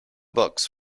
books